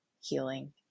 healing